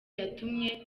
yatumye